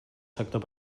sector